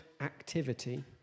activity